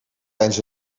tijdens